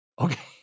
Okay